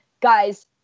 guys